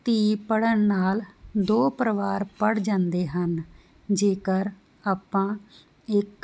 ਧੀ ਪੜਨ ਨਾਲ ਦੋ ਪਰਿਵਾਰ ਪੜ ਜਾਂਦੇ ਹਨ ਜੇਕਰ ਆਪਾਂ ਇੱਕ